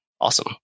awesome